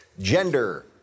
Gender